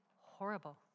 horrible